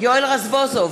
יואל רזבוזוב,